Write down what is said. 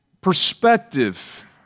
perspective